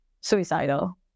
suicidal